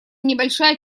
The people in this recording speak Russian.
небольшая